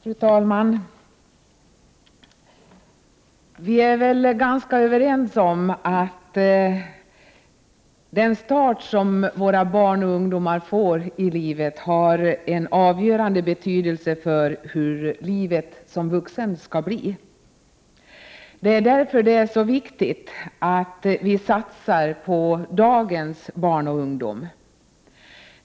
Fru talman! Vi är väl ganska överens om att den start som våra barn och ungdomar får i livet har en avgörande betydelse för hur livet som vuxen skall bli. Det är därför som det är så viktigt att vi satsar på dagens barn och ungdom.